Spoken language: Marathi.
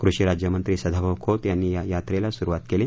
कृषि राज्यमंत्री सदाभाऊ खोत यांनी या यात्रेला सुरुवात केली